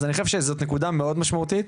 אז אני חושב שזאת נקודה מאוד משמעותית.